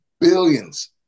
billions